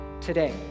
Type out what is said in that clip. today